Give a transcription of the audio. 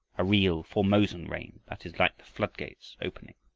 a real formosan rain that is like the floodgates opening.